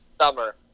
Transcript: summer